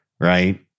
right